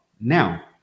Now